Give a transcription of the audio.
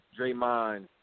Draymond